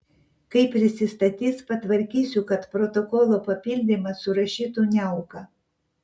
kai prisistatys patvarkysiu kad protokolo papildymą surašytų niauka